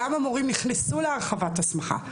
למה מורים נכנסו להרחבת הסמכה,